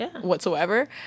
whatsoever